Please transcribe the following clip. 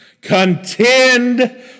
contend